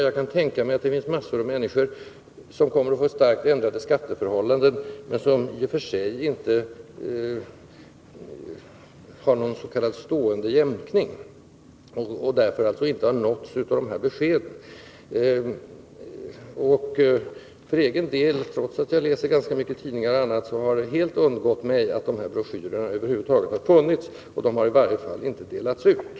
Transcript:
Jag kan tänka mig att mängder av människor som inte har s.k. stående jämkning och som därför alltså inte har nåtts av besked på den här punkten kommer att få starkt ändrade skatteförhållanden. För egen del måste jag säga, trots att jag läser ganska mycket tidningar och annat, att det helt har undgått mig att de broschyrer budgetministern hänvisar till över huvud taget har funnits. Under alla omständigheter har de inte delats ut.